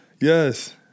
yes